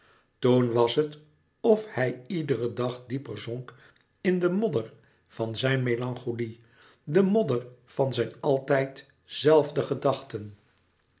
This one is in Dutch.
toen was het of hij iederen dag dieper zonk in de modder van zijn melancholie de modder van zijn altijd zelfde gedachten